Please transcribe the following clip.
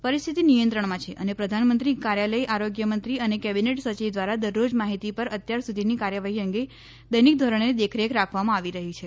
પરિસ્થિતિ નિયંત્રણમાં છે અને પ્રધાનમંત્રી કાર્યાલય આરોગ્ય મંત્રી અને કેબીનેટ સચિવ ધ્વારા દરરોજ માહિતી પર અત્યાર સુધીની કાર્યવાહી અંગે દૈનિક ધોરણે દેખરેખ આપવામાં આવી રહી છે